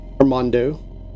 Armando